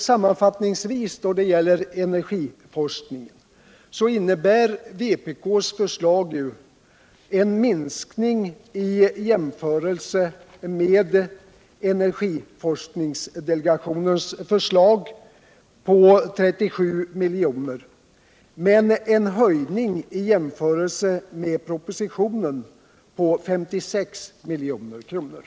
Sammanfattningsvis innebär vpk:s förslag när det gäller energiforskning en minskning i jämförelse med energiforskningsdelegationens förslag med 37 milj.kr. men en ökning i jämförelse med propositionens förslag med 56 milj.kr.